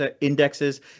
indexes